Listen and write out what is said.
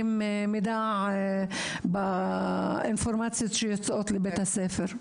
מידע באינפורמציות שיוצאות לבית הספר.